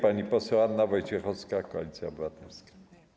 Pani poseł Anna Wojciechowska, Koalicja Obywatelska.